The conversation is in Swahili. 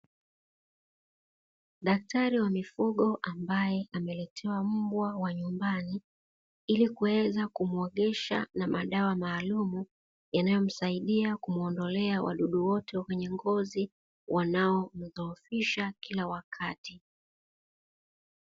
Daktari wa mifugo ambaye ameletewa mbwa wa nyumbani ili kuweza kumwogesha na madawa maalumu, yanayomsaidia kumwondolea wadudu wote wa kwenye ngozi wanaomdhoofisha kila wakati.